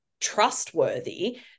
Trustworthy